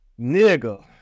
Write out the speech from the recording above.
Nigga